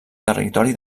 territori